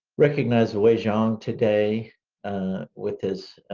recognize wei zhang today with his